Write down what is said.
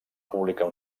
publicar